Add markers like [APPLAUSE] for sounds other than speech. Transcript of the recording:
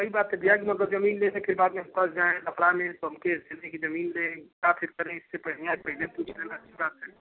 सही बात है भैया कि मतलब ज़मीन लेने के बाद में हम फस जाएँ लफड़े में तो हम केस [UNINTELLIGIBLE] कि ज़मीन लें उसका फिर करें इससे बढ़िया पहले पूछ लेना अच्छी बात है